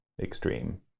extreme